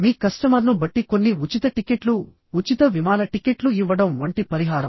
మీ కస్టమర్ను బట్టి కొన్ని ఉచిత టిక్కెట్లు ఉచిత విమాన టిక్కెట్లు ఇవ్వడం వంటి పరిహారం